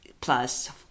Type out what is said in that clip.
plus